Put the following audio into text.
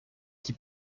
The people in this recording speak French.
qui